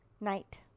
Night